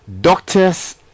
Doctors